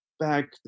back